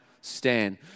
stand